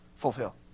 fulfill